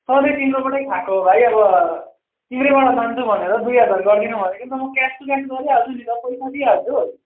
सधैँ तिम्रोबाटै खाएको हो भाइ अब तिम्रोबाटै लान्छु भनेर दुई हजार गरिदिनु भनेको अन्त म क्यास टु क्यास गरिहाल्छु नि त पैसा दिहाल्छु